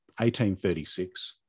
1836